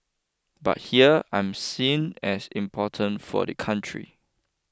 but here I am seen as important for the country